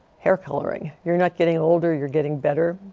hair coloring, you're not getting older you're getting better.